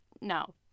No